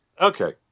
Okay